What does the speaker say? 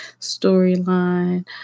storyline